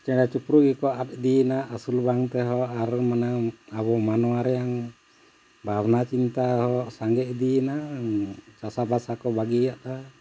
ᱪᱮᱬᱮ ᱪᱤᱯᱨᱩᱡ ᱜᱮᱠᱚ ᱟᱫ ᱤᱫᱤᱭᱮᱱᱟ ᱟᱹᱥᱩᱞ ᱵᱟᱝ ᱛᱮᱦᱚᱸ ᱟᱨ ᱢᱟᱱᱮ ᱟᱵᱚ ᱢᱟᱱᱣᱟ ᱨᱮᱭᱟᱝ ᱵᱷᱟᱵᱽᱱᱟ ᱪᱤᱱᱛᱟ ᱦᱚᱸ ᱥᱟᱸᱜᱮ ᱤᱫᱤᱭᱮᱱᱟ ᱪᱟᱥᱟᱵᱟᱥᱟ ᱠᱚ ᱵᱟᱹᱜᱤᱭᱟᱫᱼᱟ